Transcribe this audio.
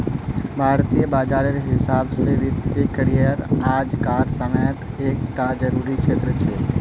भारतीय बाजारेर हिसाब से वित्तिय करिएर आज कार समयेत एक टा ज़रूरी क्षेत्र छे